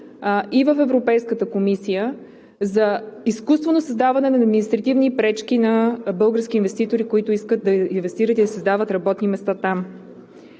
и в Европейската комисия за изкуствено създаване на административни пречки на български инвеститори, които искат да инвестират и да създават работни места там.